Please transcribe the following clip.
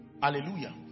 Hallelujah